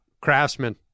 craftsman